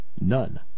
None